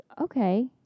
okay